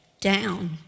down